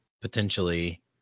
potentially